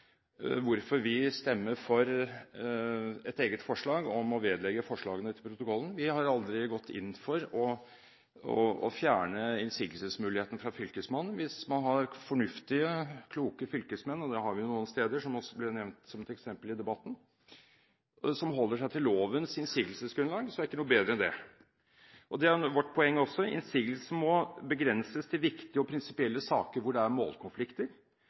hvorfor vi stemmer for et eget forslag om å vedlegge forslaget protokollen. Vi har aldri gått inn for å fjerne innsigelsesmuligheten hos Fylkesmannen. Hvis man har fornuftige, kloke fylkesmenn – og det har vi jo noen steder, som også ble nevnt som et eksempel i debatten – som holder seg til lovens innsigelsesgrunnlag, er ikke noe bedre enn det. Det er vårt poeng også. Innsigelsen må begrenses til viktige og prinsipielle saker hvor det er målkonflikter.